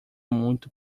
muito